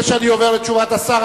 לפני שאני עובר לתשובת השר,